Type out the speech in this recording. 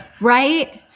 Right